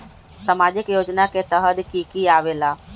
समाजिक योजना के तहद कि की आवे ला?